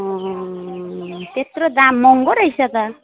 त्यत्रो दाम महँगो रहेछ त